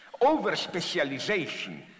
over-specialization